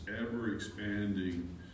ever-expanding